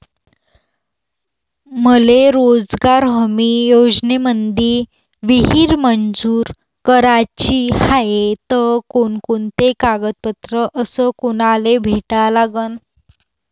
मले रोजगार हमी योजनेमंदी विहीर मंजूर कराची हाये त कोनकोनते कागदपत्र अस कोनाले भेटा लागन?